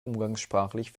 umgangssprachlich